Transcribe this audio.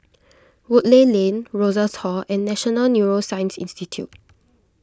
Woodleigh Lane Rosas Hall and National Neuroscience Institute